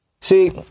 See